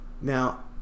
now